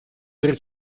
per